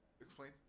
Explain